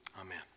Amen